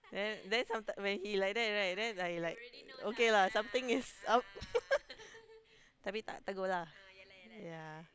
then then sometimes when he like that right then I like okay lah something is up tetapi tidak tegur lah yeah